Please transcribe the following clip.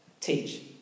teach